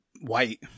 white